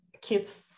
kids